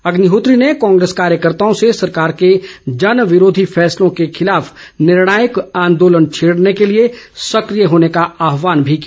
अग्निहोत्री ने कांग्रेस कार्यकर्ताओं से सरकार के जनविरोधी फैसलों के खिलाफ निर्णायक आंदोलन छेड़ने के लिए सक्रिय होने का आहवान भी किया